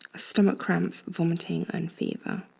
stomach cramps, vomiting and fever.